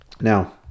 Now